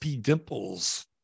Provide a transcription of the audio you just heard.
Dimples